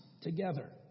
together